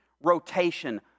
rotation